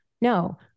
No